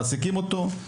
מעסיקים אותו,